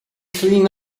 clean